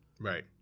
Right